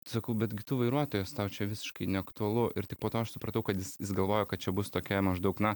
sakau betgi tu vairuotojas tau čia visiškai neaktualu ir tik po to aš supratau kad jis jis galvojo kad čia bus tokia maždaug na